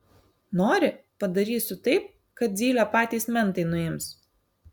nori padarysiu taip kad zylę patys mentai nuims